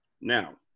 Now